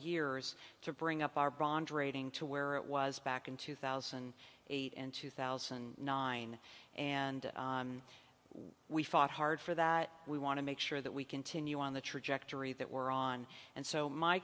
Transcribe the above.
years to bring up our bond rating to where it was back in two thousand and eight in two thousand and nine and what we fought hard for that we want to make sure that we continue on the trajectory that we're on and so my